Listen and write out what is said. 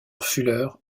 fuller